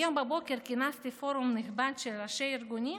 היום בבוקר כינסתי פורום נכבד של ראשי ארגונים